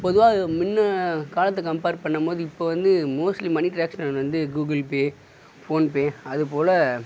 பொதுவாக முன்ன காலத்தை கம்பேர் பண்ணும் போது இப்போ வந்து மோஸ்ட்லி மனி ட்ராக்ஷ்னல் வந்து கூகுள்பே ஃபோன்பே அதுபோல்